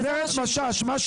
אני לא